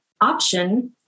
option